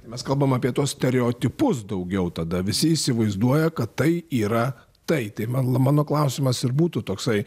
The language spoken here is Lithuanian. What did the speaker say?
mes kalbam apie tuos stereotipus daugiau tada visi įsivaizduoja kad tai yra tai manl mano klausimas ir būtų toksai